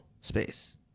space